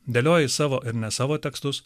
dėlioji savo ir ne savo tekstus